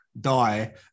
die